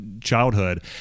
childhood